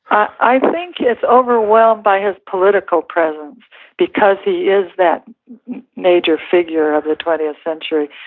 i think it's overwhelmed by his political presence because he is that major figure of that twentieth century.